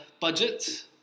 budget